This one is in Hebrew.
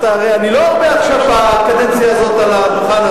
שאלת אותי.